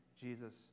Jesus